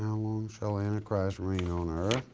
long shall antichrist reign on earth,